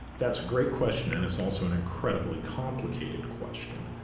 that's a great question and it's also an incredibly complicated question.